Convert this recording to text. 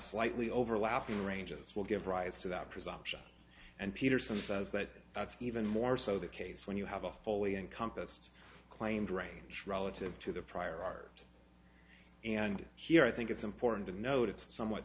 slightly overlapping ranges will give rise to that presumption and peterson says that that's even more so the case when you have a fully encompassed claimed range relative to the prior art and here i think it's important to note it's somewhat